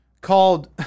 called